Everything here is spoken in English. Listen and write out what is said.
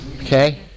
okay